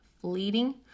fleeting